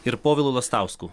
ir povilu lastausku